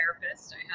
therapist